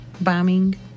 bombing